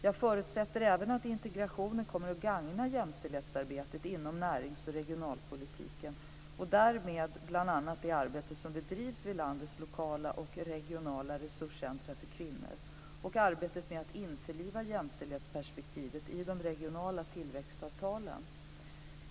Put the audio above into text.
Jag förutsätter även att integrationen kommer att gagna jämställdhetsarbetet inom närings och regionalpolitiken och därmed bl.a. det arbete som bedrivs vid landets lokala och regionala resurscentrum för kvinnor och arbetet med att införliva jämställdhetsperspektivet i de regionala tillväxtavtalen.